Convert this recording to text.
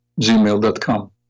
gmail.com